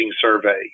survey